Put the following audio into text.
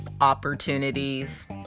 opportunities